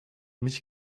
mich